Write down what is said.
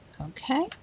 Okay